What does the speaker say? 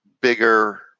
bigger